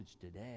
today